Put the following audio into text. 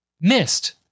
missed